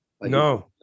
No